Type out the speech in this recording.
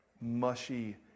mushy